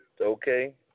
okay